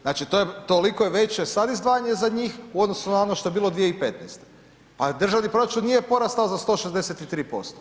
Znači toliko je veće sad izdvajanje za njih u odnosu na ono što je bilo 2015. a državni proračun nije porastao za 163%